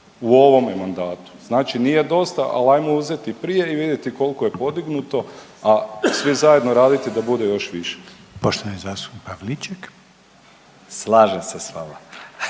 u ovome mandatu, znači nije dosta, al ajmo uzeti prije i vidjeti kolko je podignuto, a svi zajedno raditi da bude još više. **Reiner, Željko (HDZ)** Poštovani